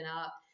up